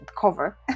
cover